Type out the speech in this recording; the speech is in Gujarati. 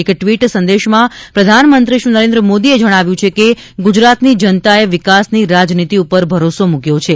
એક ટ્વીટ સંદેશમાં પ્રધાનમંત્રીશ્રી નરેન્દ્ર મોદીએ જણાવ્યું છે કે ગુજરાતની જનતાએ વિકાસની રાજનીતી પર ભરોસો મૂક્યો છે